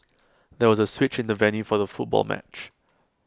there was A switch in the venue for the football match